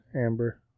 Amber